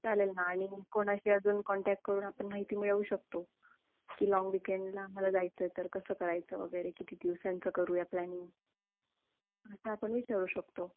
चालेल ना आणि कोणाशी अजून कॉन्टॅक्ट करून आपण माहिती मिळवू शकतो की लाँग विकेंडला आम्हाला जायचं आहे तर कसं करायचं वगैरे किती दिवसांचं करूया प्लॅनिंग असं आपण विचारू शकतो